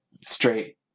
straight